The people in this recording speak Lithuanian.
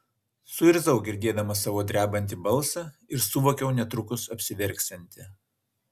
suirzau girdėdama savo drebantį balsą ir suvokiau netrukus apsiverksianti